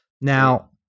Now